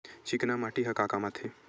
चिकना माटी ह का काम आथे?